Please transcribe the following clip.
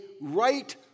right